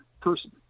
person